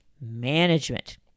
management